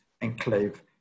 enclave